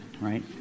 Right